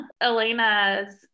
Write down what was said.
Elena's